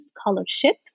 scholarship